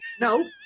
No